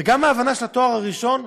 וגם ההבנה של התואר הראשון,